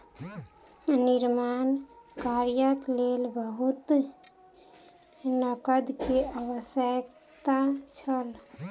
निर्माण कार्यक लेल बहुत नकद के आवश्यकता छल